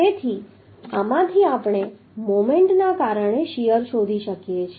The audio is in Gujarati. તેથી આમાંથી આપણે મોમેન્ટના કારણે શીયર શોધી શકીએ છીએ